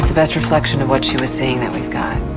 so best reflection of what she was seeing that we've got